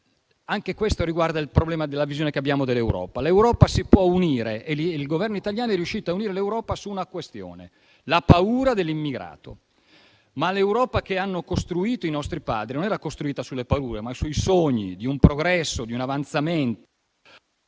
anche questo riguardi la visione che abbiamo dell'Europa. L'Europa si può unire e il Governo italiano è riuscito a unire l'Europa su una questione: la paura dell'immigrato. Ma l'Europa che hanno costruito i nostri Padri era costruita non sulle paure, ma sui sogni di un progresso e di un avanzamento.